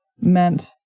meant